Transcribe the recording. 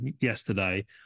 yesterday